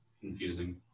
Confusing